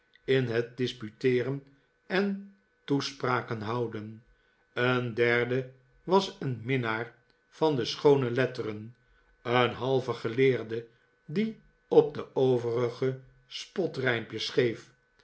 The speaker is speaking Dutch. in het disputeeren en toespraken houden een derde was een minnaar van de schoone letteren een halve geleerde die op de overigen spotrijmpjes schreef